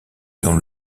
dans